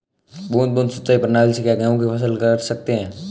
बूंद बूंद सिंचाई प्रणाली से क्या गेहूँ की फसल कर सकते हैं?